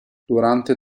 durante